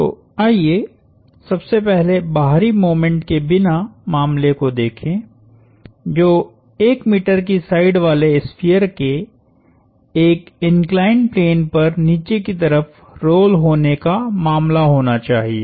तो आइए सबसे पहले बाहरी मोमेंट के बिना मामले को देखें जो 1मीटर की साइड वाले स्फीयर के एक इंक्लाइंड प्लेन पर नीचे की तरफ रोल होने का मामला होना चाहिए